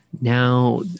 Now